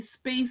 space